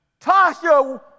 Tasha